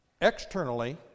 Externally